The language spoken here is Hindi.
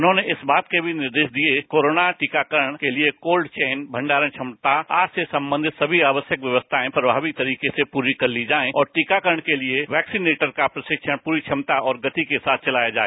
उन्होंने इस बात के भी निर्देश दिये कि कोरोना टीका करण के लिए कोल्ड चैन भंडारण क्षमता आदि से संबंधित सभी आवश्यक व्यवस्थाएं प्रमावी तरीक से पूरी कर ती जाएं और टीकाकरण के लिए वैक्सीनेटर का प्रशिक्षण पूरी क्षमता और गति के साथ चलाया जाए